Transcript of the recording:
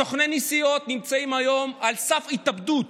סוכני נסיעות נמצאים היום על סף התאבדות.